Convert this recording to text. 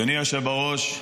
אדוני היושב בראש,